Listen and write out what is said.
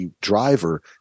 driver –